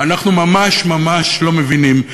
אנחנו ממש ממש לא מבינים.